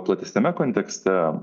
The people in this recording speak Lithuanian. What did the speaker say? platesniame kontekste